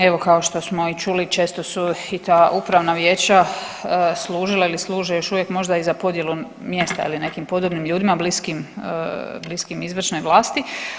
Evo kao što smo i čuli često su i ta upravna vijeća služila ili služe još uvijek možda i za podjelu mjesta je li nekim podobnim ljudima bliskim, bliskim izvršnoj vlasti.